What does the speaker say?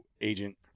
agent